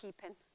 keeping